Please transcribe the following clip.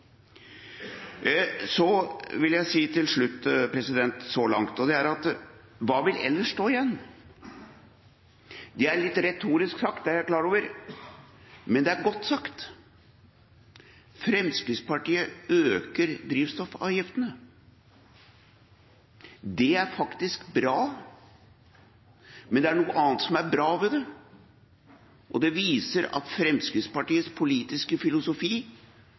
Så vil jeg si til slutt: Hva vil ellers stå igjen? Det er litt retorisk sagt, det er jeg klar over, men det er godt sagt. Fremskrittspartiet øker drivstoffavgiftene. Det er faktisk bra. Men det er noe annet som er bra ved det; det viser at Fremskrittspartiets politiske filosofi